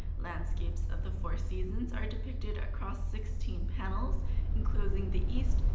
landscapes of the four seasons are depicted across sixteen panels enclosing the east,